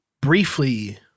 briefly